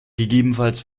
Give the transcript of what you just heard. gegebenenfalls